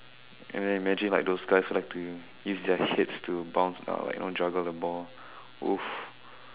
and then imagine like those guys like to use their heads to bounce uh you know juggle the ball !oof!